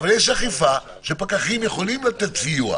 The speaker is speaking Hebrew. אבל יש אכיפה שפקחים יכולים לתת סיוע.